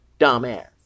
Dumbass